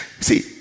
See